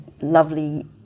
lovely